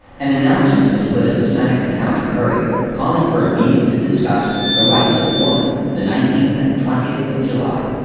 an announcement was put in the seneca county courier calling for a meeting to discuss the rights of woman the nineteenth and twentieth of july.